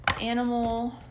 animal